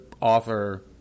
author